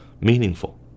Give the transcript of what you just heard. meaningful